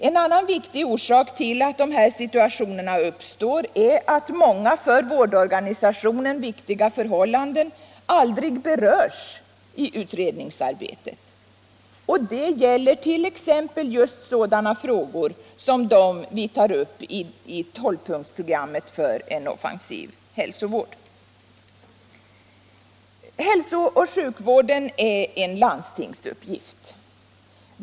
En annan viktig orsak till att dessa situationer uppstår är att många för vårdorganisationen väsentliga förhållanden aldrig berörs i utredningsarbetet. Det gäller t.ex. sådana frågor som dem vi tar upp i tolvpunktsprogrammet för en offensiv hälsovård. Hälsooch sjukvården är en landstingsuppgift.